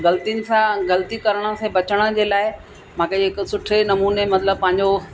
ऐं गलतियुन सां ग़लती करण सां बचण जे लाइ मूंखे हिकु सुठे नमूने मतिलब पंहिंजो